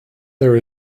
there